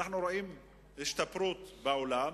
ואנחנו רואים השתפרות בעולם,